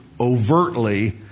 overtly